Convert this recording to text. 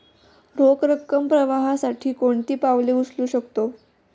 रोख रकम प्रवाहासाठी कोणती पावले उचलू शकतो?